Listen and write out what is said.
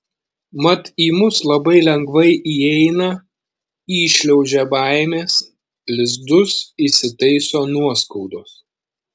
mat į mus labai lengvai įeina įšliaužia baimės lizdus įsitaiso nuoskaudos